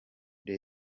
the